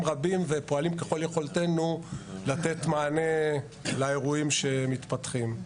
רבים ופועלים ככל יכולתנו לתת מענה לאירועים שמתפתחים.